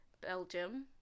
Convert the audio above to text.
Belgium